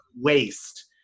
waste